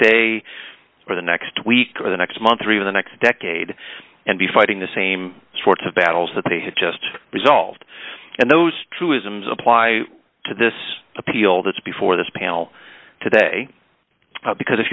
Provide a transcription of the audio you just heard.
day or the next week or the next month or even the next decade and be fighting the same sorts of battles that they had just resolved and those truisms apply to this appeal that's before this panel today because if